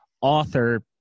author